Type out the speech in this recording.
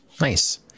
Nice